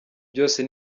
byose